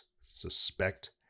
suspect